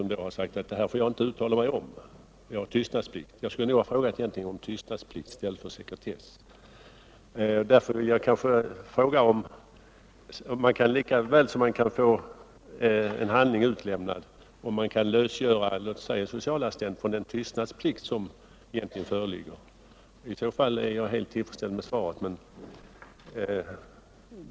Denne har då svarat att han inte får uttala sig om fallet — han har åberopat sin tystnadsplikt. Jag borde nog ha frågat om tystnadsplikten i stället för sekretesskyddet. Jag vill nu fråga om man på samma sätt som man kan få en handling utlämnad även kan lösgöra en socialassistent från hans tystnadsplikt. Om så är fallet är jag helt nöjd med svaret.